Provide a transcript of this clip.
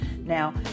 Now